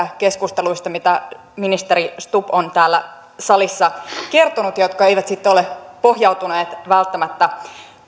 keskusteluista mitä ministeri stubb on täällä salissa kertonut ja mikä ei sitten ole pohjautunut välttämättä